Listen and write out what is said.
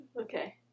Okay